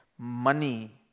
money